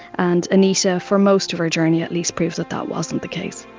and anita, for most of her journey at least, proved that that wasn't the case.